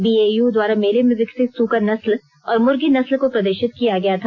BAU द्वारा मेले में विकसित सुकर नस्ल और मुर्गी नस्ल को प्रदर्शित किया गया था